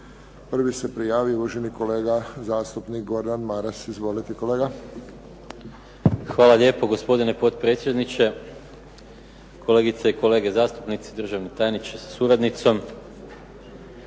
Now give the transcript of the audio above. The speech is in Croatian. Prvi se prijavio uvaženi kolega zastupnik Gordan Maras. Izvolite kolega. **Maras, Gordan (SDP)** Hvala lijepo. Gospodine potpredsjedniče, kolegice i kolege zastupnici, državni tajniče sa suradnicom.